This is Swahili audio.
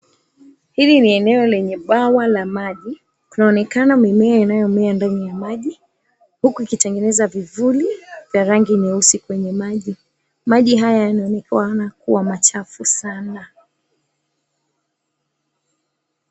Hili ni eneo lenye bwawa la maji. Kunaonekana mimea inayomea ndani ya maji huku ikitengeneza vivuli vya rangi nyeusi kwenye maji. Maji haya yanaonekana kuwa machafu sana.